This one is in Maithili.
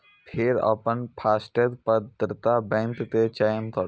फेर अपन फास्टैग प्रदाता बैंक के चयन करू